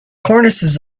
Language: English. cornices